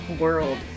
world